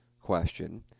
question